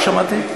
לא שמעתי.